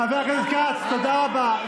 חבר הכנסת כץ, תודה רבה.